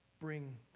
bring